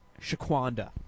Shaquanda